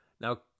Now